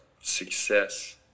success